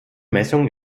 messungen